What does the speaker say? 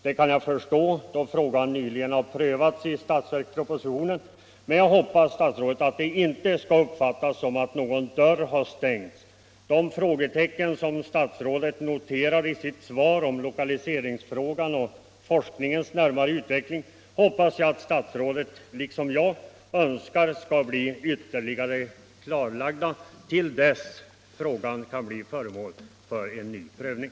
Det kan jag förstå; frågan har ju nyligen prövats i budgetpropositionen. Men jag hoppas, herr statsråd, att detta inte skall uppfattas så att dörren har stängts. Statsrådet noterar i sitt svar att lokaliseringsfrågan och forskningens närmare inriktning måste klarläggas. Jag hoppas att statsrådet liksom jag önskar få dessa frågor klarlagda tills frågan kan bli föremål för en ny prövning.